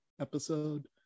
episode